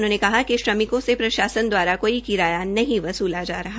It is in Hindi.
उन्होंने कहा कि श्रमिकों से प्रशासन द्वारा कोई किराया नहीं वसूला जा रहा